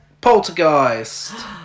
Poltergeist